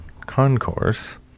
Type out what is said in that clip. Concourse